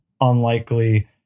unlikely